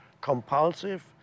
compulsive